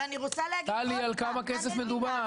ואני רוצה להגיד עוד פעם --- טלי על כמה כסף מדובר.